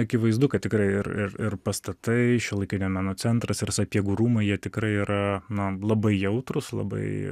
akivaizdu kad tikrai ir ir pastatai šiuolaikinio meno centras ir sapiegų rūmai jie tikrai yra na labai jautrūs labai